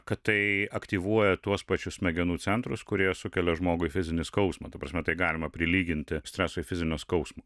kad tai aktyvuoja tuos pačius smegenų centrus kurie sukelia žmogui fizinį skausmą ta prasme tai galima prilyginti stresui fizinio skausmo